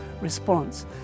response